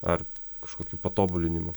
ar kažkokių patobulinimų